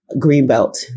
Greenbelt